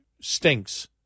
stinks